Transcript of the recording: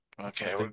Okay